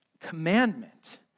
commandment